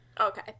Okay